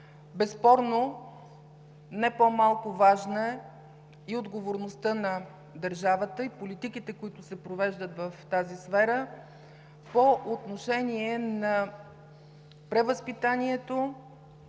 безспорно не по-малко важна е и отговорността на държавата и политиките, провеждани в тази сфера по отношение на превъзпитанието,